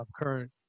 current